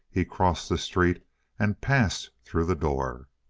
he crossed the street and passed through the door.